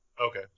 Okay